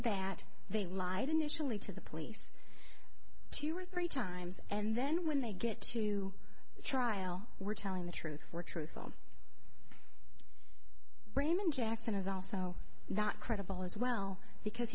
that they lied initially to the police two or three times and then when they get to trial were telling the truth were truthful braman jackson is also not credible as well because